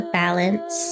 balance